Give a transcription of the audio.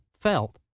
felt